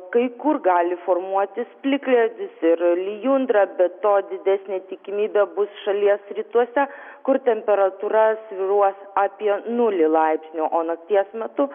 kai kur gali formuotis plikledis ir lijundra be to didesnė tikimybė bus šalies rytuose kur temperatūra svyruos apie nulį laipsnių o nakties metu